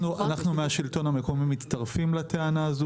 אנחנו מהשלטון המקומי מצטרפים לטענה הזאת.